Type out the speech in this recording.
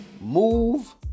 move